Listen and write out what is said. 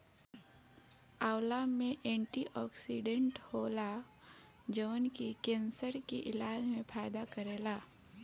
आंवला में एंटीओक्सिडेंट होला जवन की केंसर के इलाज में फायदा करेला